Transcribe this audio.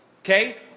okay